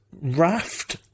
raft